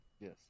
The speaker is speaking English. Yes